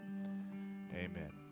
Amen